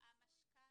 המשכ"ל,